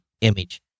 image